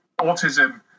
autism